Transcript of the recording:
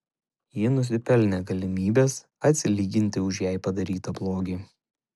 ji nusipelnė galimybės atsilyginti už jai padarytą blogį